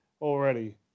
already